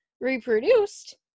reproduced